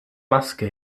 maske